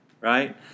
right